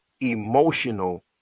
emotional